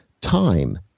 time